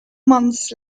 months